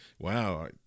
wow